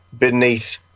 beneath